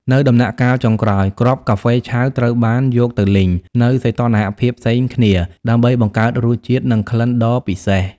នៅដំណាក់កាលចុងក្រោយ គ្រាប់កាហ្វេឆៅត្រូវបានយកទៅលីង នៅសីតុណ្ហភាពផ្សេងគ្នា ដើម្បីបង្កើតរសជាតិ និងក្លិនដ៏ពិសេស។